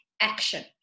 action